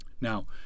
now